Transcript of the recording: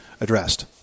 addressed